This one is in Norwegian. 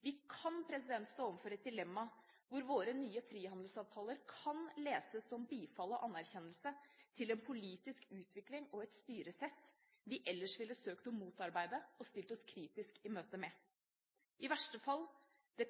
Vi kan stå overfor et dilemma hvor våre nye frihandelsavtaler kan leses som bifall og anerkjennelse til en politisk utvikling og et styresett vi ellers ville søkt å motarbeide, og stilt oss kritisk i møte med. I verste fall